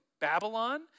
Babylon